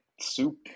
soup